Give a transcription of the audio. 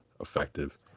effective